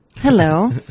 Hello